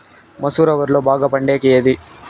మసూర వరిలో బాగా పండేకి ఏది?